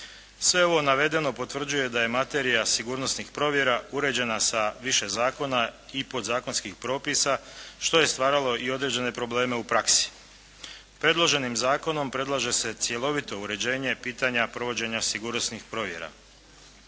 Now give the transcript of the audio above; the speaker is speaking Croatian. Sve ovo navedeno potvrđuje da je materija sigurnosnih provjera uređena sa više zakona i podzakonskih propisa što je stvaralo i određene probleme u praksi. Predloženim zakonom predlaže se cjelovito uređenje pitanja provođenja sigurnosnih provjera.